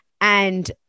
And-